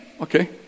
Okay